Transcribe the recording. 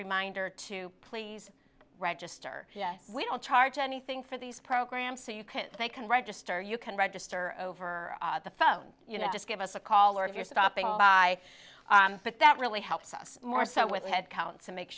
reminder to please register yes we don't charge anything for these programs so you can thank and register you can register over the phone you know just give us a call or if you're stopping by but that really helps us more so with a head count to make